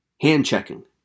Hand-checking